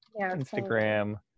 Instagram